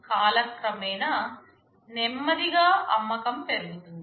కాలక్రమేణా నెమ్మదిగా అమ్మకం పెరుగుతుంది